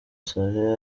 saleh